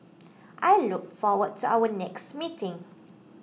I look forward to our next meeting